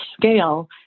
scale